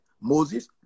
Moses